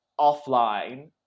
offline